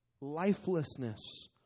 lifelessness